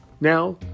Now